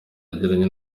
yagiranye